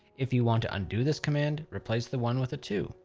if you want to undo this command, replace the one with a two.